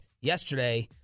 yesterday